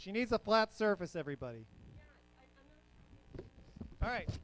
she needs a flat surface everybody all right